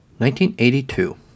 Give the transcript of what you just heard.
1982